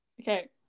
Okay